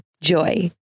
JOY